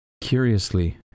Curiously